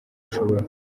ushoboye